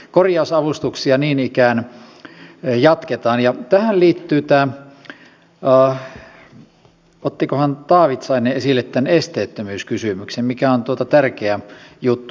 korjausavustuksia niin ikään jatketaan ja tähän liittyy tämä esteettömyyskysymys ottikohan taavitsainen esille tämän mikä on tärkeä juttu